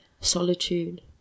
solitude